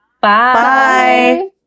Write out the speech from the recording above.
Bye